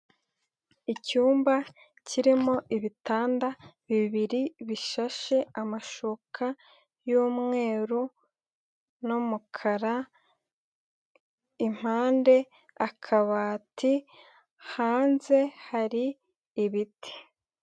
Icyumba kirimo ibitanda bibiri bishashe amashuka y'umweru n'umukara, impande akabati hanze hari ibiti.